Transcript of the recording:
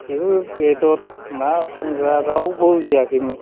बेफोर बेदर ना फानग्रा रावबो उजियाखैमोन